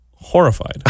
horrified